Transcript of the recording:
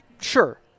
sure